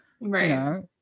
right